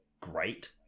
great